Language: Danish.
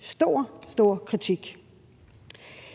stor, stor kritik.